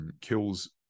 kills